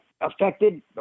affected